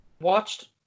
watched